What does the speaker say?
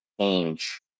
change